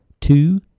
two